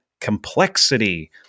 Complexity